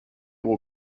will